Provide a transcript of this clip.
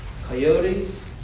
coyotes